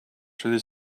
through